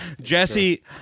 Jesse